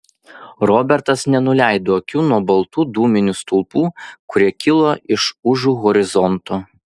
robertas nenuleido akių nuo baltų dūminių stulpų kurie kilo iš užu horizonto